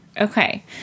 Okay